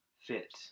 fit